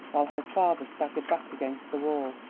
while her father staggered back against the wall.